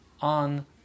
on